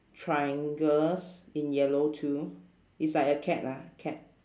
triangles in yellow too it's like a cat ah cat